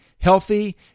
healthy